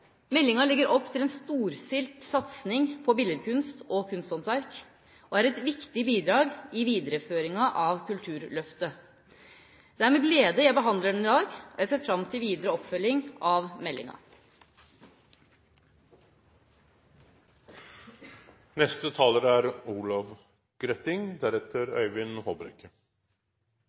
Meldinga legger opp til en storstilt satsning på billedkunst og kunsthåndverk og er et viktig bidrag i videreføringa av Kulturløftet. Det er med glede jeg behandler den i dag, og jeg ser fram til videre oppfølging av meldinga. Begrepet visuell kunst er